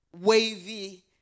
wavy